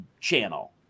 channel